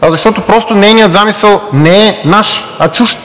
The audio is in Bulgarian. а защото просто нейният замисъл не е наш, а чужд.